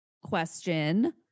question